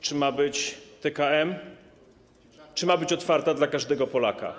Czy ma być TKM, czy ma być otwarta dla każdego Polaka?